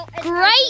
great